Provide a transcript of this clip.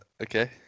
okay